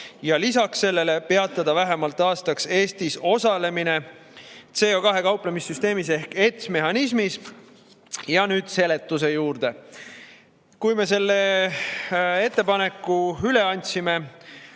ja lisaks sellele peatada vähemalt aastaks Eesti osalemine CO2‑gakauplemise süsteemis ehk ETS‑mehhanismis. Ja nüüd seletuse juurde. Kui me selle ettepaneku üle andsime